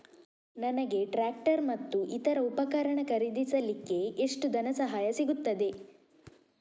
ನನಗೆ ಟ್ರ್ಯಾಕ್ಟರ್ ಮತ್ತು ಇತರ ಉಪಕರಣ ಖರೀದಿಸಲಿಕ್ಕೆ ಎಷ್ಟು ಧನಸಹಾಯ ಸಿಗುತ್ತದೆ?